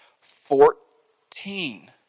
Fourteen